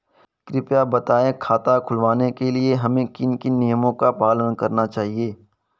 कृपया बताएँ खाता खुलवाने के लिए हमें किन किन नियमों का पालन करना चाहिए?